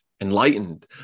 enlightened